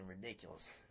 ridiculous